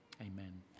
Amen